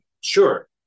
Sure